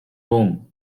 rome